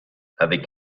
avec